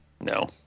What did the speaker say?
No